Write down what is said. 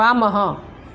वामः